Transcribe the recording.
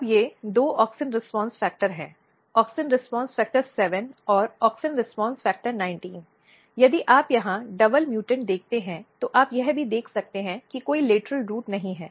अब ये दो ऑक्सिन रीस्पॉन्स फ़ैक्टर हैं AUXIN RESPONSE FACTOR 7 और AUXIN RESPONSE FACTOR 19 यदि आप यहां डबल म्यूटेंट देखते हैं तो आप यह भी देख सकते हैं कि कोई लेटरल रूट नहीं है